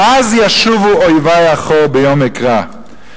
"אז ישובו אויבי אחור ביום אקרא,